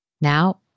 Now